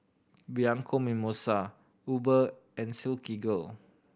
Bianco Mimosa Uber and Silkygirl